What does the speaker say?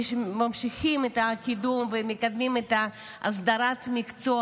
שממשיכים את הקידום ומקדמים את הסדרת המקצוע.